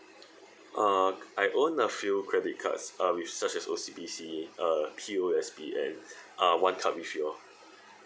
uh I own a few credit cards uh with such as O_C_B_C uh P_O_S_B and uh one card with you all